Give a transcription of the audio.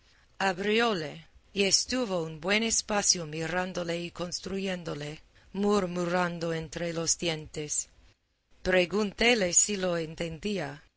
abrióle y estuvo un buen espacio mirándole y construyéndole murmurando entre los dientes preguntéle si lo entendía